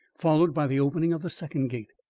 followed by the opening of the second gate.